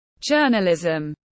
Journalism